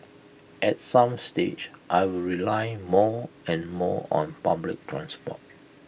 at some stage I will rely more and more on public transport